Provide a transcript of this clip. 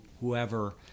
whoever